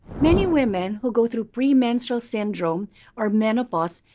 many women who go through premenstrual syndrome or menopause,